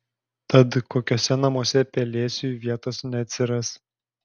tad kokiuose namuose pelėsiui vietos neatsiras